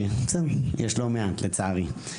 יש לא מעט, לצערי.